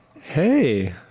Hey